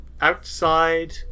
outside